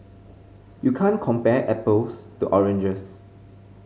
you can't compare apples to oranges